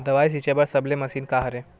दवाई छिंचे बर सबले मशीन का हरे?